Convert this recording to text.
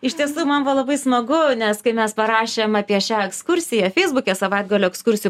iš tiesų man buvo labai smagu nes kai mes parašėm apie šią ekskursiją feisbuke savaitgalio ekskursijų